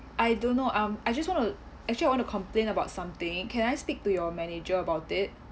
I don't know um I just want to actually I want to complain about something can I speak to your manager about it